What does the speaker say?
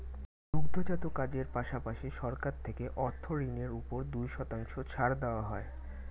দুগ্ধজাত কাজের পাশাপাশি, সরকার থেকে অর্থ ঋণের উপর দুই শতাংশ ছাড় দেওয়া হয়